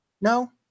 No